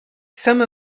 some